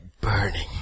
burning